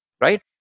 right